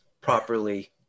properly